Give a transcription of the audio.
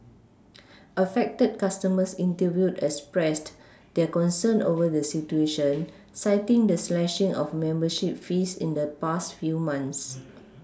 affected customers interviewed expressed their concern over the situation citing the slashing of membership fees in the past few months